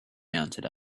mounted